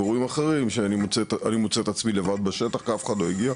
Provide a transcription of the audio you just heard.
ואירועים אחרים שאני מוצא את עצמי לבד בשטח כי אף אחד לא הגיע,